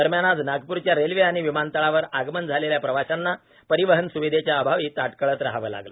दरम्यान आज नागपूरच्या रेल्वे आणि विमानतळावर आगमन झालेल्या प्रवाशांना परिवहन स्विधेच्या अभावी ताटकळत राहावे लागलं